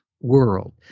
world